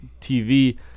TV